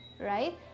right